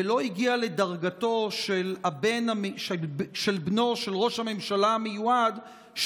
ולא הגיעה לדרגתו של בנו של ראש הממשלה המיועד,